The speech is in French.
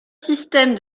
systèmes